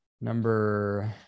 Number